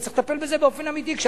וצריך לטפל בזה באופן אמיתי.